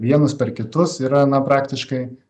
vienus per kitus yra na praktiškai